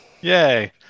Yay